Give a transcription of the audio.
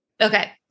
Okay